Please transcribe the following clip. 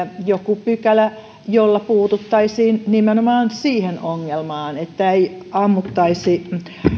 joku pykälä jolla puututtaisiin nimenomaan siihen ongelmaan niin että ei ammuttaisi